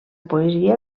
poesia